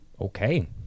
Okay